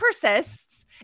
persists